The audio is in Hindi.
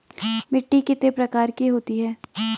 मिट्टी कितने प्रकार की होती है?